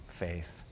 faith